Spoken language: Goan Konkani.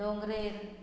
डोंगरेर